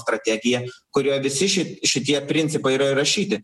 strategiją kurioje visi ši šitie principai yra įrašyti